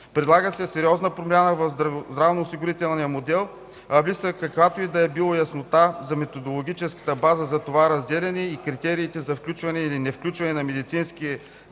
Предлага се сериозна промяна в здравноосигурителния модел, а липсва каквато и да било яснота за методологическата база за това разделяне и критериите за включване или невключване на медицински